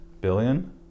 billion